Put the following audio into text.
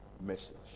message